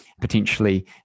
Potentially